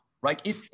right